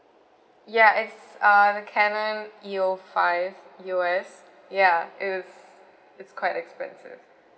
ya it's uh the canon E_O five E_O_S ya it's it's quite expensive